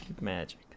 magic